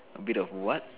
a bit of what